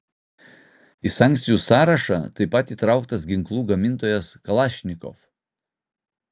į sankcijų sąrašą taip pat įtrauktas ginklų gamintojas kalašnikov